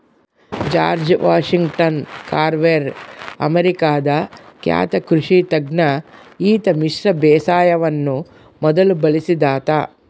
George Washington Carver ಅಮೇರಿಕಾದ ಖ್ಯಾತ ಕೃಷಿ ತಜ್ಞ ಈತ ಮಿಶ್ರ ಬೇಸಾಯವನ್ನು ಮೊದಲು ಬಳಸಿದಾತ